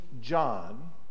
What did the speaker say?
John